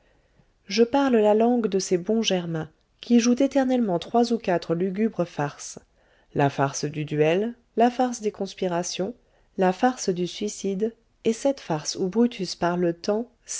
je parle la langue de ces bons germains qui jouent éternellement trois ou quatre lugubres farces la farce du duel la farce des conspirations la farce du suicide et cette farce où brutus parle tant